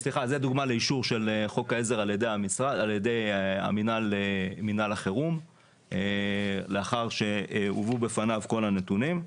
חוק העזר על ידי מינהל החירום לאחר שהובאו בפניו כל הנתונים.